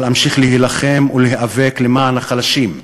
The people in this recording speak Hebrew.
אבל אמשיך להילחם ולהיאבק למען החלשים,